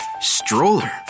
Stroller